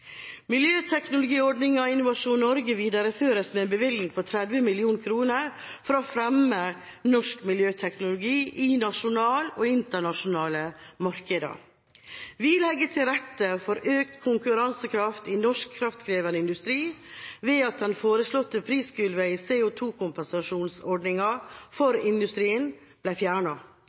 Innovasjon Norge videreføres med en bevilgning på 30 mill. kr for å fremme norsk miljøteknologi i nasjonale og internasjonale markeder. Vi legger til rette for økt konkurransekraft i norsk kraftkrevende industri, ved at det foreslåtte prisgulvet i CO2-kompensasjonsordningen for industrien